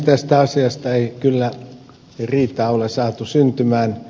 tästä asiasta ei kyllä riitaa ole saatu syntymään